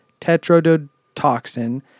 tetrodotoxin